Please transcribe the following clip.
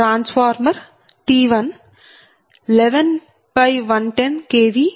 transformer T111110 kV 100 MVA xT10